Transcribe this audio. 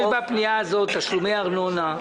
יש בפנייה הזאת תשלומי ארנונה,